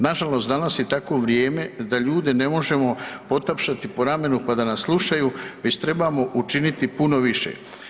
Nažalost, danas je takvo vrijeme da ljude ne možemo potapšati po ramenu pa da nas slušaju već trebamo učiniti puno više.